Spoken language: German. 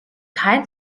kein